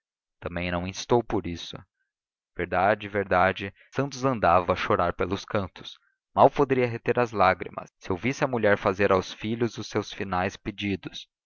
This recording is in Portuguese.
também não instou por isso verdade verdade santos andava a chorar pelos cantos mal poderia reter as lágrimas se ouvisse a mulher fazer aos filhos os seus finais pedidos